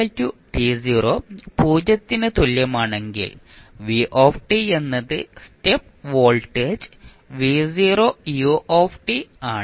t 0 ന് തുല്യമാണെങ്കിൽ v എന്നത് സ്റ്റെപ്പ് വോൾട്ടേജ് ആണ്